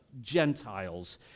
Gentiles